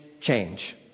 change